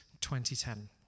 2010